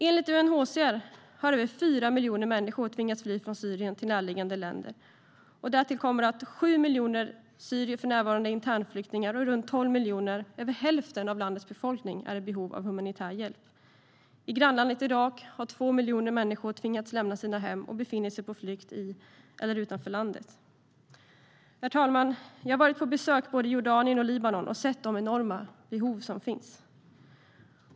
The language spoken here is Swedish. Enligt UNHCR har över 4 miljoner människor tvingats fly från Syrien till närliggande länder. Därtill kommer att 7 miljoner syrier för närvarande är internflyktingar och att runt 12 miljoner, över hälften av landets befolkning, är i behov av humanitär hjälp. I grannlandet Irak har 2 miljoner människor tvingats lämna sina hem, och de befinner sig på flykt i eller utanför landet. Herr talman! Jag har varit på besök i både Jordanien och Libanon och sett de enorma behov som finns.